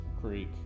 creek